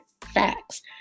facts